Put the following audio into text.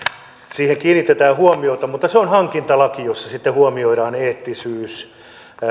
siihen kiinnitetään huomiota mutta se on hankintalaki jossa sitten huomioidaan eettisyys